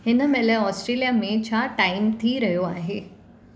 हिन महिल ऑस्ट्रेलिया में छा टाइम थी रहियो आहे